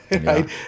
right